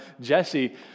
Jesse